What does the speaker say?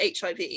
HIV